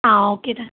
ah okay thank